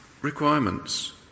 requirements